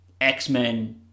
X-Men